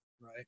right